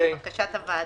לבקשת הוועדה.